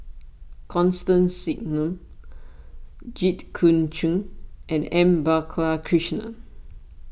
Constance Singam Jit Koon Ch'ng and M Balakrishnan